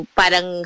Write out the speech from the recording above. parang